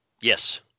yes